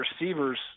receivers